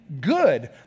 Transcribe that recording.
good